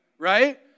Right